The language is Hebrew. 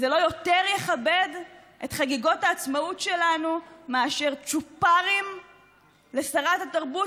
זה לא יותר יכבד את חגיגות העצמאות שלנו מאשר צ'ופרים לשרת התרבות,